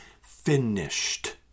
finished